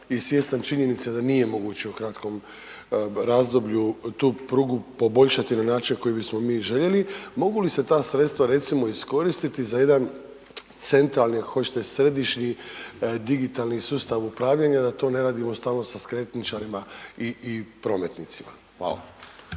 i svjestan činjenice da nije moguće u kratkom razdoblju tu prugu poboljšati na način na koji bismo mi željeli, mogu li se ta sredstva recimo iskoristiti za jedan centralni ako hoćete središnji digitalni sustav upravljanja da to ne radimo stalo sa skretničarima i prometnicima. Hvala.